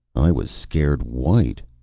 i was scared white,